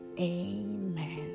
amen